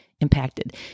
impacted